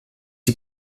die